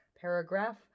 paragraph